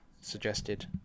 suggested